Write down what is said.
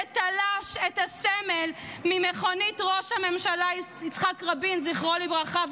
שתלש את הסמל ממכונית ראש הממשלה יצחק רבין זכרו לברכה,